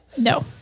No